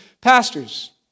pastors